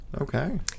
Okay